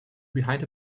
behind